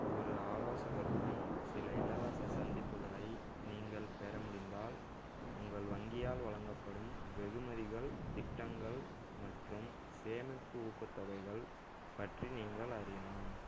ஒரு ஆலோசகருடன் சில இலவச சந்திப்புகளை நீங்கள் பெற முடிந்தால் உங்கள் வங்கியால் வழங்கப்படும் வெகுமதிகள் திட்டங்கள் மற்றும் சேமிப்பு ஊக்கத்தொகைகள் பற்றி நீங்கள் அறியலாம்